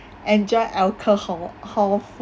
enjoy alcohol hol